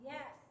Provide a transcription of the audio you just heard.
Yes